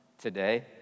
today